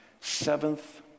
seventh